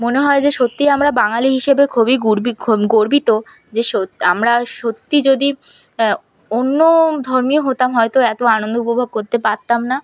মনে হয় যে সত্যিই আমরা বাঙালি হিসেবে খুবই গর্বিত যে আমরা সত্যি যদি অন্য ধর্মীয় হতাম হয়তো এতো আনন্দ উপভোগ করতে পারতাম না